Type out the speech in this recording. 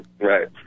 Right